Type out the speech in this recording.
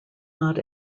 not